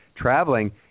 traveling